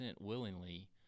willingly